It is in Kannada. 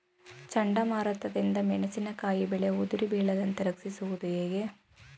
ಚಂಡಮಾರುತ ದಿಂದ ಮೆಣಸಿನಕಾಯಿ ಬೆಳೆ ಉದುರಿ ಬೀಳದಂತೆ ರಕ್ಷಿಸುವುದು ಹೇಗೆ?